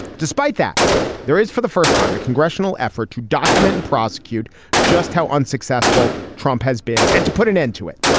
despite that there is for the first time a congressional effort to document prosecute just how unsuccessful trump has been and to put an end to it.